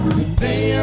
Today